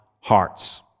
hearts